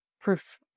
proof